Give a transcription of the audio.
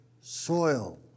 soil